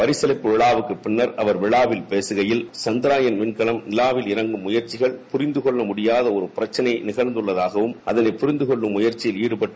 பரிசளிப்பு விழாவிற்கு பின்னர் விழாவில் பேசுகையில் சந்திரயான் விண்கலம் நிலவில் இறங்கும் முயற்சிகளில் புரிந்துகொள்ள முடியாத ஒரு பிரச்சினை நிகழ்ந்துள்ளதாகவும் அதனை புரிந்து கொள்ளும் முயற்சியில் ஈடுபட்டு